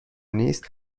نیست